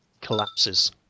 collapses